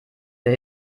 der